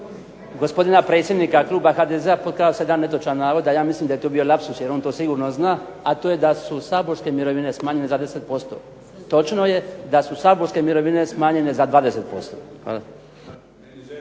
gospodina predsjednika kluba HDZ-a potkrao se jedan netočan navod, ali ja mislim da je to bio lapsus jer on to sigurno zna, a to je da su saborske mirovine smanjene za …/Ne razumije se./… posto. Točno je da su saborske mirovine smanjene za 20%.